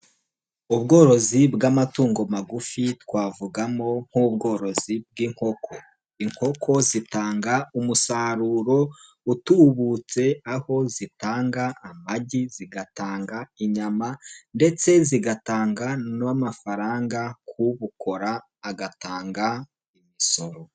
Ubworozi bw'amatungo magufi, twavugamo nk'ubworozi bw'inkoko, inkoko zitanga umusaruro utubutse, aho zitanga amagi, zigatanga inyama, ndetse zigatanga n'amafaranga ku bukora agatanga umisoro.